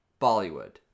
bollywood